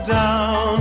down